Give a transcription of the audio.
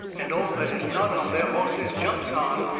and all that is not on their hosses jumps on,